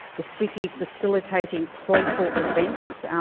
the city facilitating playful events,